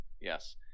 Yes